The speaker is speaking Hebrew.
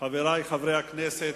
חברי חברי הכנסת,